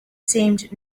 seemed